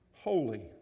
holy